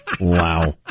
Wow